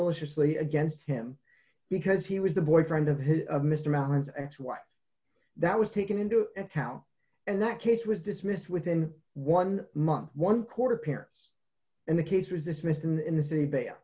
mostly against him because he was the boyfriend of mister mountain's ex wife that was taken into account and that case was dismissed within one month one quarter parents and the case was dismissed and in the city